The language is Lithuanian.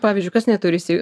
pavyzdžiui kas neturisi